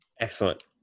Excellent